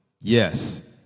Yes